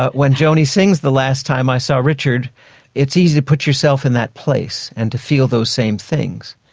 ah when joni sings the last time i saw richard it's easy to put yourself in that place and to feel those same things.